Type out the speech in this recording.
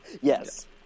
Yes